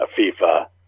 FIFA